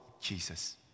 Jesus